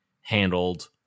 handled